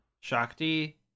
Shakti